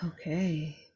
Okay